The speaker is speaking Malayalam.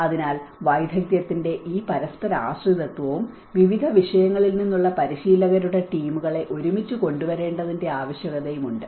അതിനാൽ വൈദഗ്ധ്യത്തിന്റെ ഈ പരസ്പരാശ്രിതത്വവും വിവിധ വിഷയങ്ങളിൽ നിന്നുള്ള പരിശീലകരുടെ ടീമുകളെ ഒരുമിച്ച് കൊണ്ടുവരേണ്ടതിന്റെ ആവശ്യകതയും ഉണ്ട്